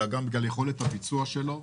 אלא גם בגלל יכולת הביצוע שלו.